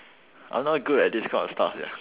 I'm not good at this kind of stuff sia